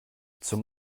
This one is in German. zum